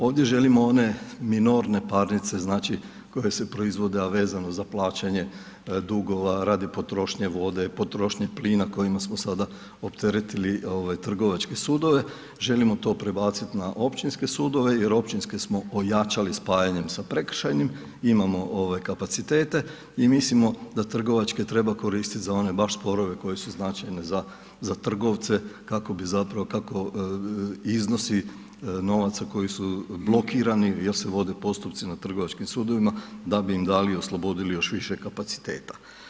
Ovdje želimo one minorne parnice, znači koje se proizvode, a vezno za plaćanje dugova radi potrošnje vode, potrošnje plina, kojima smo sad opteretili trgovačke sudove, želimo to prebaciti na općinske sudove, jer općinske smo ojačali spajanjem sa prekršajnim, imamo kapacitete i mislimo da trgovačke treba koristit za one baš sporove, koji su značajne za trgovce, kako bi zapravo, kako iznosi novaca koji su blokirani, jer se vode postupci na trgovačkim sudovima, da bi im dali i oslobodili još više kapaciteta.